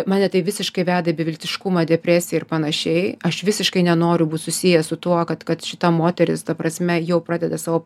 mane tai visiškai veda į beveltiškumą depresiją ir panašiai aš visiškai nenoriu būt susijęs su tuo kad kad šita moteris ta prasme jau pradeda savo